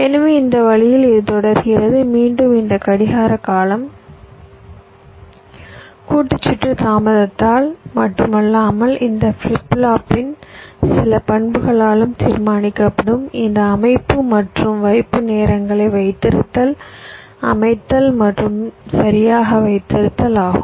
எனவே இந்த வழியில் இது தொடர்கிறது மீண்டும் இந்த கடிகார காலம் கூட்டு சுற்று தாமதத்தால் மட்டுமல்லாமல் இந்த ஃபிளிப் ஃப்ளாப்பின் சில பண்புகளாலும் தீர்மானிக்கப்படும் இந்த அமைப்பு மற்றும் வைப்பு நேரங்களை வைத்திருத்தல் அமைத்தல் மற்றும் சரியாக வைத்திருத்தல் ஆகும்